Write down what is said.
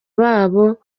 babo